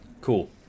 cool